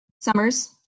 summers